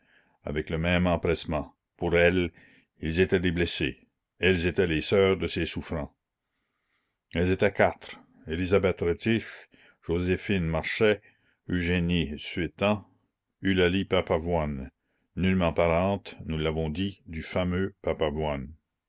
avec le même empressement pour elles ils étaient des blessés elles étaient les sœurs de ces souffrants elles étaient quatre elisabeth retif joséphine marchais eugénie suétens eulalie papavoine nullement parente nous l'avons dit du fameux